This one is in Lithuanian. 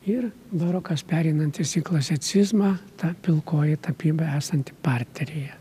ir barokas pereinantis į klasicizmą ta pilkoji tapyba esanti parteryje